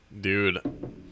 Dude